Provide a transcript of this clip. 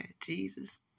Jesus